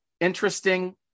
interesting